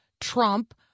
Trump